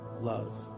love